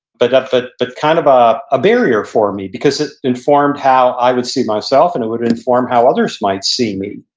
but ah but kind of a ah barrier for me because it informed how i would see myself and it would inform how others might see me.